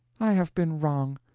i have been wrong.